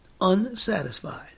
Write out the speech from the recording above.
unsatisfied